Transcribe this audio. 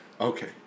okay